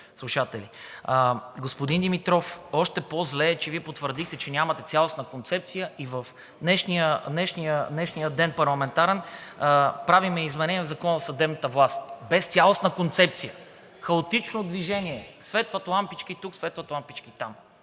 Господин Димитров, още по-зле е, че Вие потвърдихте, че нямате цялостна концепция. В днешния парламентарен ден правим изменения в Закона за съдебната власт без цялостна концепция. Хаотично движение – светват лампички тук, светват лампички там.